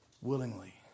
willingly